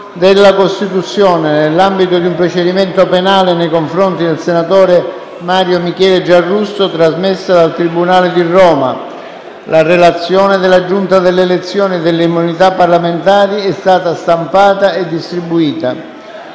della Costituzione, nell'ambito di un procedimento civile nei confronti del senatore Stefano Esposito, pendente dinanzi al tribunale di Roma». La relazione della Giunta delle elezioni e delle immunità parlamentari è stata già stampata e distribuita.